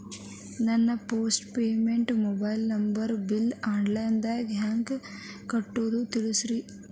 ನನ್ನ postpaid mobile ನಂಬರನ್ನು bill online ದಾಗ ಹೆಂಗ್ ಕಟ್ಟೋದು ತಿಳಿಸ್ರಿ